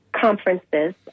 conferences